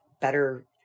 better